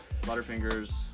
Butterfingers